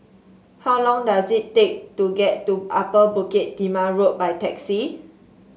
how long does it take to get to Upper Bukit Timah Road by taxi